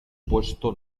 puesto